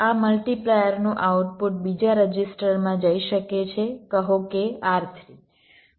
આ મલ્ટિપ્લાયરનું આઉટપુટ બીજા રજીસ્ટરમાં જઈ શકે છે કહો કે R3